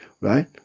right